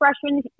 freshman